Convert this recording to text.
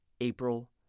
April